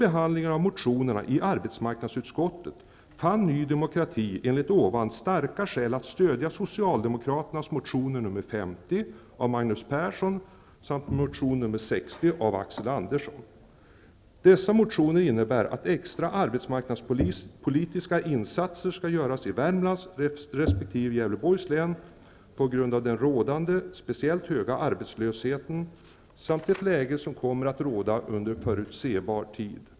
ovan, synnerligen starka skäl att stödja Värmlands resp. Gävleborgs län på grund av den rådande speciellt höga arbetslösheten samt det läge som kommer att råda under förutsebar tid.